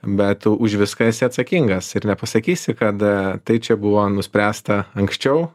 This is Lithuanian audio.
bet už viską esi atsakingas ir nepasakysi kad tai čia buvo nuspręsta anksčiau